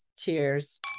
Cheers